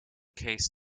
case